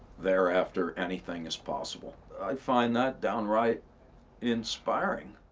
thereafter anything is possible. i find that downright inspiring.